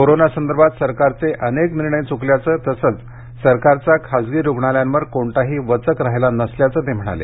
कोरोनासंदर्भात सरकारचे अनेक निर्णय चुकल्याचे तसंच सरकारचा खासगी रुग्णालयांवर कोणताही वचक राहिला नसल्याचं ते म्हणाले